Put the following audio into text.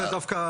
זה דווקא,